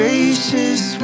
Gracious